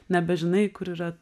nebežinai kur yra